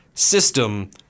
System